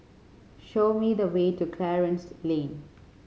show me the way to Clarence Lane